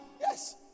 Yes